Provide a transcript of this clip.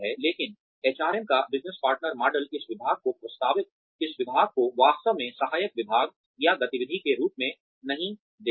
लेकिन एचआरएम का business partner model इस विभाग को वास्तव में सहायक विभाग या गतिविधि के रूप में नहीं देखता है